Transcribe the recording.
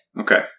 Okay